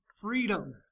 freedom